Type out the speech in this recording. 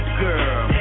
girl